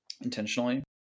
intentionally